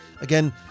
Again